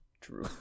True